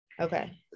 Okay